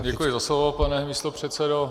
Děkuji za slovo, pane místopředsedo.